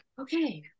okay